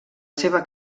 seva